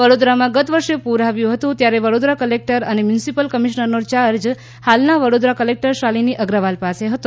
વડોદરામાં ગત વર્ષે પૂર આવ્યું હતું ત્યારે વડોદરા કલેકટર અને મ્યુનિસપિલ કમિશનર નો ચાર્જ હાલના વડોદરા કલેકટર શાલિની અગ્રવાલ પાસે હતો